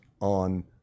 on